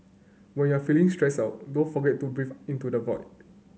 when you are feeling stressed out don't forget to breathe into the void